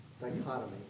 dichotomy